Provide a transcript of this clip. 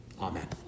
Amen